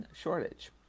shortage